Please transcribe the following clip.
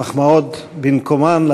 המחמאות במקומן,